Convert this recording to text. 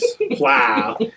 wow